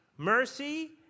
mercy